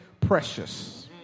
precious